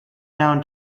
down